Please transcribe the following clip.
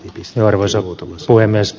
arvoisa puhemies